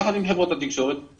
יחד עם חברות התקשורת,